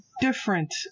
different